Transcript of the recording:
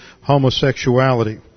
homosexuality